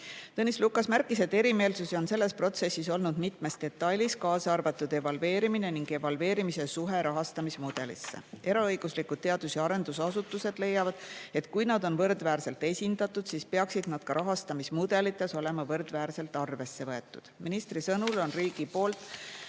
Tõnis Lukas märkis, et erimeelsusi on selles protsessis olnud mitme detaili osas, kaasa arvatud evalveerimine ning evalveerimise suhe rahastamismudeliga. Eraõiguslikud teadus- ja arendusasutused leiavad, et kui nad on võrdväärselt esindatud, siis peaksid nad ka rahastamismudelites olema võrdväärselt arvesse võetud. Ministri sõnul on riigi poolt